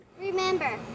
Remember